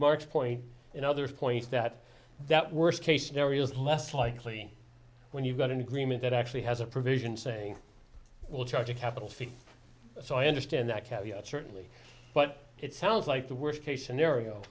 mark's point in other points that that worst case scenario is less likely when you've got an agreement that actually has a provision saying well charge a capital fifty so i understand that certainly but it sounds like the worst case scenario